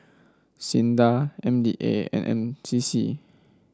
SINDA M D A and C C